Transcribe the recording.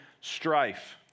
strife